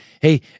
Hey